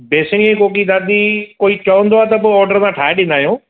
बेसण जी कोकी दादी कोई चवंदो आहे त पोइ ऑडर सां ठाहे ॾींदा आहियूं